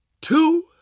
two